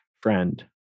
friend